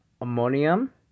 ammonium